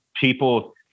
people